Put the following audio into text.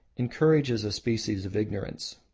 encourages a species of ignorance.